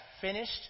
finished